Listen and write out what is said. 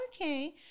Okay